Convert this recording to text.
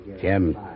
Jim